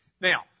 Now